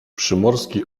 przymorski